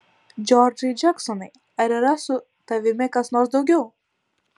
džordžai džeksonai ar yra su tavimi kas nors daugiau